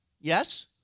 Yes